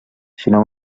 sinó